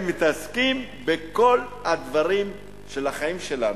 הם מתעסקים בכל הדברים של החיים שלנו.